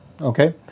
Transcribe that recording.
okay